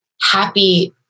happy